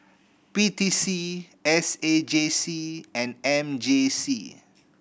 P T C S A J C and M J C